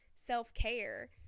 self-care